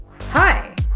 Hi